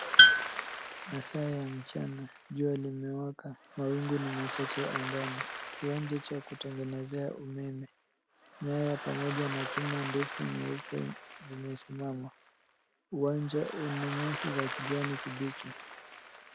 Masaa ya mchana, jua limewaka mawingu ni machache angani, kiwanja cha kutengenezea umeme. Nyaya pamoja na chuma ndefu nyeupe zimesimama, uwanja una nyasi za kijani kibichi.